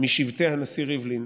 משבטי הנשיא ריבלין